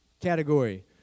category